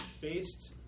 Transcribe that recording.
based